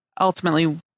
ultimately